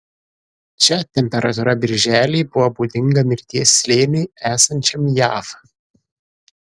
čia temperatūra birželį buvo būdinga mirties slėniui esančiam jav